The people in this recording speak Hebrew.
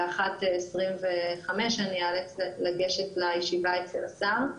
ב-13:25 לגשת לישיבה אצל השר.